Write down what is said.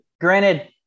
granted